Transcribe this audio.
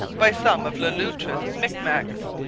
by some of le loutre's micmacs.